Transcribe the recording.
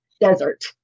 desert